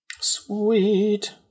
Sweet